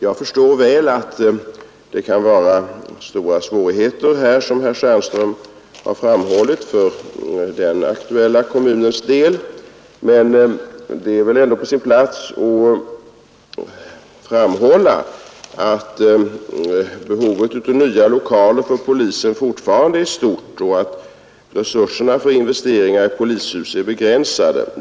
Jag förstår mycket väl att det här kan vara stora svårigheter, som herr Stjernström har framhällit, för den aktuella kommunens del. Men det är väl ändå på sin plats att betona att behovet av nya lokaler för polisen fortfarande är stort och att resurserna för investeringar i polishus är begränsade.